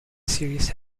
serious